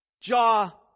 Jaw